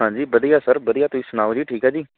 ਹਾਂਜੀ ਵਧੀਆ ਸਰ ਵਧੀਆ ਤੁਸੀਂ ਸੁਣਾਓ ਜੀ ਠੀਕ ਹੈ ਜੀ